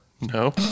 no